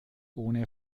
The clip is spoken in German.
ohne